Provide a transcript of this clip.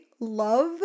love